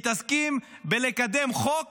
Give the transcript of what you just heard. מתעסקים בלקדם חוק